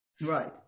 Right